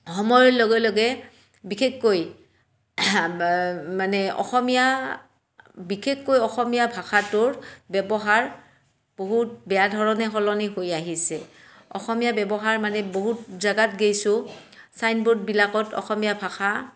সময়ৰ লগে লগে বিশেষকৈ মানে অসমীয়া বিশেষকৈ অসমীয়া ভাষাটোৰ ব্যৱহাৰ বহুত বেয়া ধৰণে সলনি হৈ আহিছে অসমীয়া ব্যৱহাৰ মানে বহুত জেগাত গৈছোঁ ছাইন বোৰ্ডবিলাকত অসমীয়া ভাষা